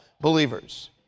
believers